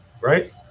right